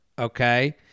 okay